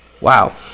Wow